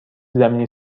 زمینی